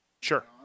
Sure